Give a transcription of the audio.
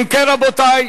אם כן, רבותי,